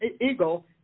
eagle